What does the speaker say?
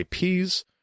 IPs